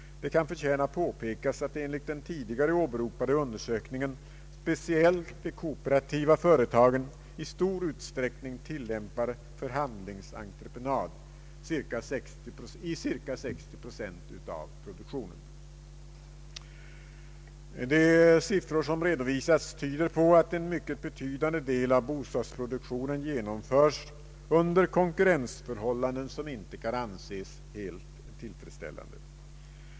Det kan förtjäna påpekas att enligt den tidigare åberopade undersökningen speciellt de kooperativa företagen i stor utsträckning tillämpar förhandlingsentreprenad, 60 procent av produktionen. De siffror som redovisats tyder på att en mycket stor del av bostadsproduktionen genomförts under konkurrensförhållanden som inte kan anses helt tillfredsställande.